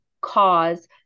cause